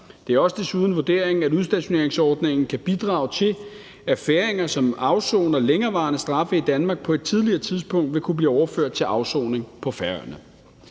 Det er desuden også vurderingen, at udstationeringsordningen kan bidrage til, at færinger, som afsoner længerevarende straffe i Danmark, på et tidligere tidspunkt vil kunne blive overført til afsoning på Færøerne.